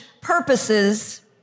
purposes